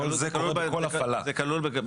בכל הפעלה.